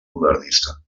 modernista